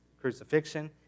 crucifixion